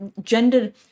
gender